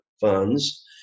funds